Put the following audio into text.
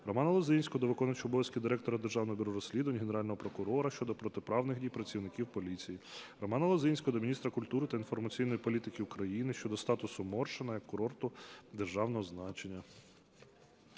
Романа Лозинського до виконувача обов'язків Директора Державного бюро розслідувань, Генерального прокурора щодо протиправних дій працівників поліції. Романа Лозинського до міністра культури та інформаційної політики України щодо статусу Моршина, як курорту державного значення.